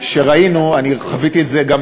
אני חייב לומר שכאשר הגענו עם